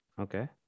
Okay